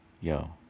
Yo